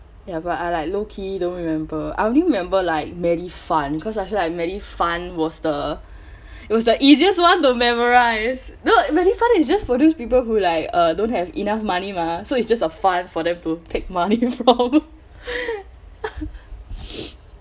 ya but I like low key don't remember I only remember like MediFund cause I feel like MediFund was the it was the easiest [one] to memorise no MediFund is just for those people who like uh don't have enough money mah so it's just a fund for them to take money from